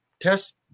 test